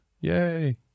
Yay